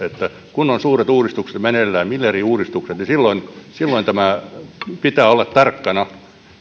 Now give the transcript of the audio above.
kun on suuret uudistukset meneillään miljardiuudistukset niin silloin pitää olla tarkkana